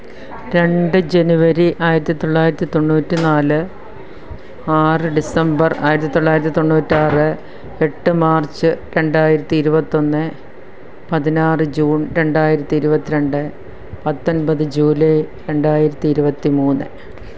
രണ്ട് ജനുവരി ആയിരത്തിത്തൊള്ളായിരത്തി തൊണ്ണൂറ്റി നാല് ആറ് ഡിസംബര് ആയിരത്തിത്തൊള്ളായിരത്തി തൊണ്ണൂറ്റാറ് എട്ട് മാര്ച്ച് രണ്ടായിരത്തി ഇരുപത്തൊന്ന് പതിനാറ് ജൂണ് രണ്ടായിരത്തി ഇരുപത്തി രണ്ട് പത്തൊന്പത് ജൂലൈ രണ്ടായിരത്തി ഇരുപത്തി മൂന്ന്